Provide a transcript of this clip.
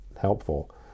helpful